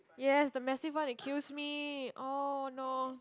yes the massive one it kills me oh no